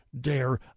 dare